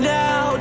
now